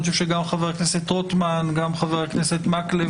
אני חושב שגם חבר הכנסת רוטמן וגם חבר הכנסת מקלב